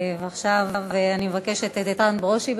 ועכשיו אני מבקשת מחבר הכנסת איתן ברושי,